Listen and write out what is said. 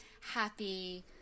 happy